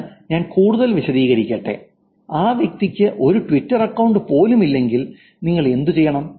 എന്നാൽ ഞാൻ കൂടുതൽ വിശദീകരിക്കട്ടെ ആ വ്യക്തിക്ക് ഒരു ട്വിറ്റർ അക്കൌണ്ട് പോലുമില്ലെങ്കിൽ നിങ്ങൾ എന്തു ചെയ്യണം